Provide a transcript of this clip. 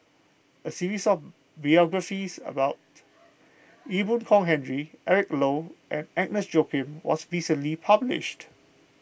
a series of biographies about Ee Boon Kong Henry Eric Low and Agnes Joaquim was recently published